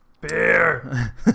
beer